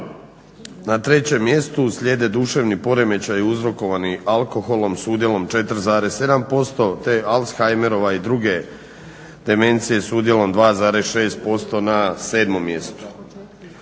na trećem mjestu slijedi duševni poremećaji uzrokovani alkoholom s udjelom 4,7%, te Alzheimerova i druge demencije s udjelom 2,6% na 7. mjestu.